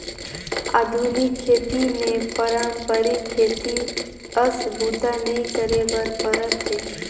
आधुनिक खेती मे पारंपरिक खेती अस बूता नइ करे बर परत हे